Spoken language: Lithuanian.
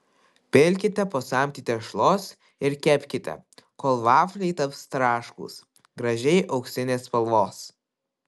pilkite po samtį tešlos ir kepkite kol vafliai taps traškūs gražiai auksinės spalvos